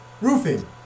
roofing